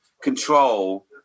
control